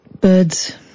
birds